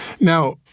Now